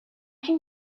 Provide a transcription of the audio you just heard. can